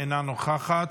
אינה נוכחת,